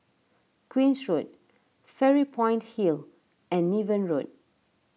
Queen's Road Fairy Point Hill and Niven Road